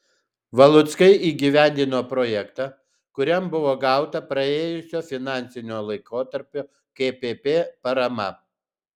valuckai įgyvendino projektą kuriam buvo gauta praėjusio finansinio laikotarpio kpp parama